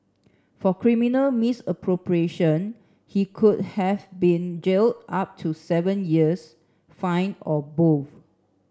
for criminal misappropriation he could have been jailed up to seven years fined or both